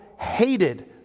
hated